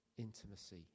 Intimacy